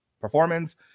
performance